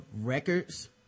records